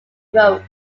wrote